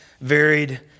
varied